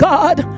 God